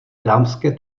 dámské